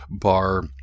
bar